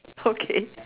okay